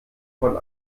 von